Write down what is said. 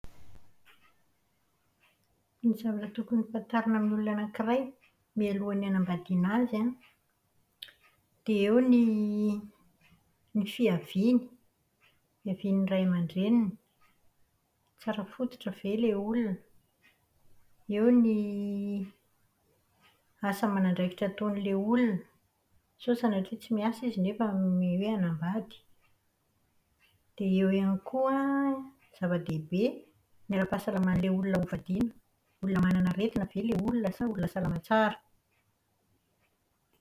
Ny zavatra tokony hofantarina amin'ny olona anakiray mialohan'ny hanambadiana azy an, dia eo ny ny fiaviany, ny fiavian'ny ray aman-dreniny. Tsara fototra ve ilay olona? Eo ny asa aman'andraikitra ataon'ilay olona sao sanatria tsy miasa izy nefa hoe hanambady. Dia eo ihany koa an, zava-dehibe ny ara-pahasalamàn'ilay olona hovadiana. Olona manana aretina ve ilay olona sa olona salama tsara?